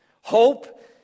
Hope